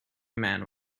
man